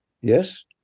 Yes